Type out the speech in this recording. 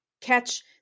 catch